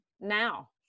now